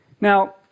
Now